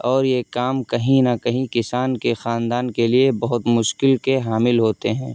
اور یہ کام کہیں نہ کہیں کسان کے خاندان کے لیے بہت مشکل کے حامل ہوتے ہیں